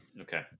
Okay